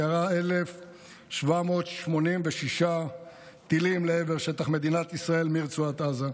שירה 1,786 טילים לעבר שטח מדינת ישראל מרצועת עזה.